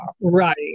right